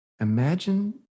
Imagine